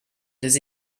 this